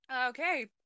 Okay